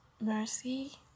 mercy